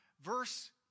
verse